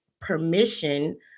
permission